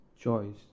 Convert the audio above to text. choice